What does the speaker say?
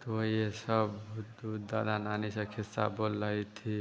तो यह सब तू दादा नानी से क़िस्सा बोल रही थी